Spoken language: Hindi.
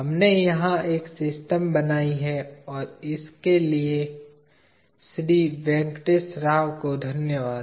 हमने यहां एक सिस्टम बनाई है और उसके लिए श्री वेंकटेश्वर राव को धन्यवाद